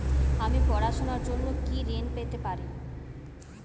আমি পড়াশুনার জন্য কি ঋন পেতে পারি?